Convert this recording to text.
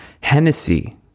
Hennessy